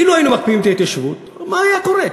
אילו היינו מקפיאים את ההתיישבות, מה היה קורה?